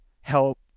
help